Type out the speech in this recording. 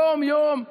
יום-יום,